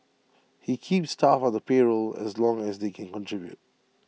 he keeps staff on the payroll as long as they can contribute